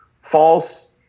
false